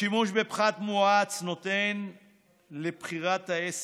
השימוש בפחת מואץ נתון לבחירת העסק,